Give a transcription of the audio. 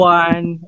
one